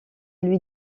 lui